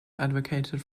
advocated